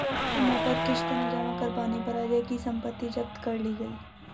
समय पर किश्त न जमा कर पाने पर अजय की सम्पत्ति जब्त कर ली गई